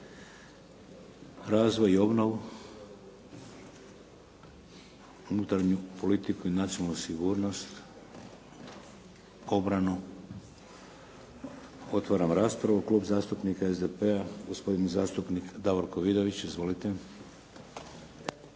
razvoj i obnovu, unutarnju politiku i nacionalnu sigurnost, obranu? Otvaram raspravu. Klub zastupnika SDP-a gospodin zastupnik Davorko Vidović. Izvolite.